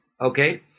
okay